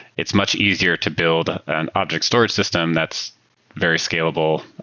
it's much easier to build an object storage system that's very scalable,